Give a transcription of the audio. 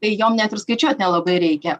tai jom net ir skaičiuot nelabai reikia